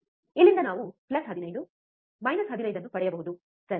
ಇಲ್ಲಿಂದ ನಾವು plus 15 minus 15 ಅನ್ನು ಪಡೆಯಬಹುದು ಸರಿ